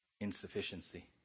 insufficiency